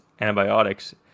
antibiotics